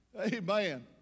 Amen